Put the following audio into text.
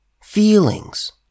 Feelings